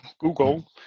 google